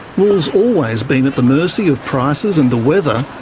wool's always been at the mercy of prices and the weather,